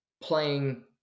playing